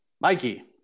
Mikey